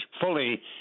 fully